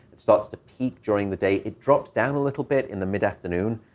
it starts to peak during the day. it drops down a little bit in the mid-afternoon.